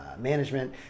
management